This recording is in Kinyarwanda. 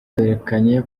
berekanye